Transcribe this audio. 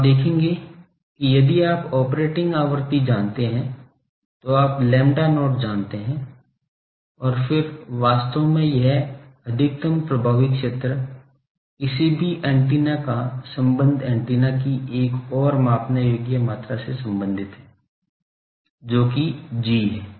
तो आप देखते हैं कि यदि आप ऑपरेटिंग आवृत्ति जानते हैं तो आप lambda not जानते हैं और फिर वास्तव में यह अधिकतम प्रभावी क्षेत्र किसी भी एंटीना का संबंध एंटीना की एक और मापने योग्य मात्रा से संबंधित है जो कि G है